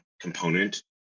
component